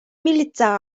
милицияга